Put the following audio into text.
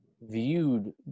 viewed